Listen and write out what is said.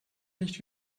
nicht